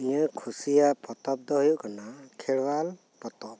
ᱤᱧᱟᱹᱜ ᱠᱩᱥᱤᱭᱟᱜ ᱯᱚᱛᱚᱵᱽ ᱫᱚ ᱦᱳᱭᱳᱜ ᱠᱟᱱᱟ ᱠᱷᱮᱨᱚᱣᱟᱞ ᱯᱚᱛᱚᱵ